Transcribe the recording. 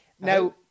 now